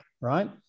Right